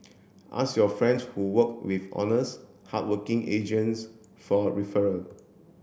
ask your friends who worked with honest hardworking agents for referral